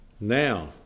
Now